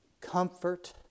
comfort